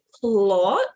plot